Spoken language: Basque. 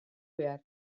behar